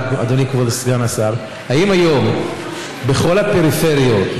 אדוני כבוד סגן השר: האם היום בכל הפריפריות,